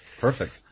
Perfect